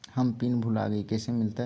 हम पिन भूला गई, कैसे मिलते?